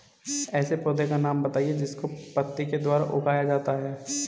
ऐसे पौधे का नाम बताइए जिसको पत्ती के द्वारा उगाया जाता है